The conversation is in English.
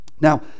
Now